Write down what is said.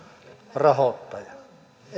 rahoittaja